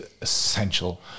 essential